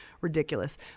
Ridiculous